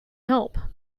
help